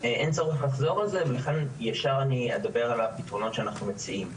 אין צורך לחזור על זה ולכן ישר אני אדבר על הפתרונות שאנחנו מציעים.